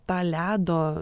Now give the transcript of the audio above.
tą ledo